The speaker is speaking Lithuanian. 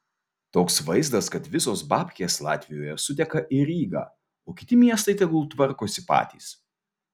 toks vaizdas kad visos babkės latvijoje suteka į rygą o kiti miestai tegul tvarkosi patys